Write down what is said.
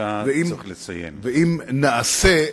ואם נעשה,